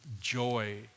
Joy